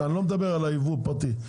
אני לא מדבר על ייבוא פרטי.